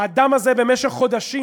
האדם הזה במשך חודשים,